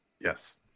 Yes